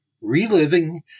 Reliving